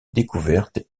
découverte